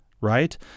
right